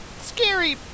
scary